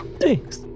Thanks